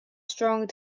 strong